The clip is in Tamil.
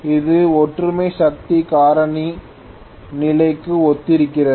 இது ஒற்றுமை சக்தி காரணி நிலைக்கு ஒத்திருக்கிறது